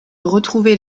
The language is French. retrouver